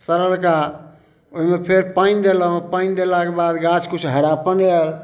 सड़लका ओइमे फेर पानि देलहुँ पानि देलाके बाद गाछ कुछ हरापन आयल